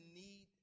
need